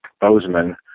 Bozeman